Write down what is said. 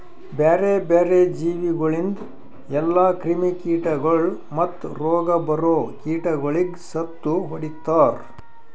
ಬ್ಯಾರೆ ಬ್ಯಾರೆ ಜೀವಿಗೊಳಿಂದ್ ಎಲ್ಲಾ ಕ್ರಿಮಿ ಕೀಟಗೊಳ್ ಮತ್ತ್ ರೋಗ ಬರೋ ಕೀಟಗೊಳಿಗ್ ಸತ್ತು ಹೊಡಿತಾರ್